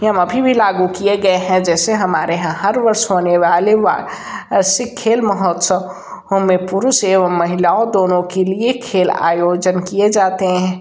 अभी भी लागू किये गए हैं जैसे हमारे यहाँ हर वर्ष होने वाले वार्षिक खेल महोत्सवों में पुरुषों एवं महिलाओं दोनों के लिए खेल आयोजन किये जाते है